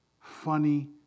funny